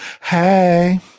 Hey